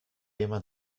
jemand